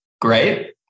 Great